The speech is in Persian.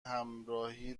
همراهی